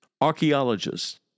archaeologists